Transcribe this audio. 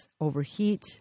overheat